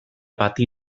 bati